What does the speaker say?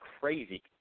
crazy